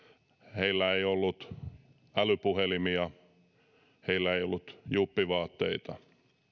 heillä ei ollut älypuhelimia heillä ei ollut juppivaatteita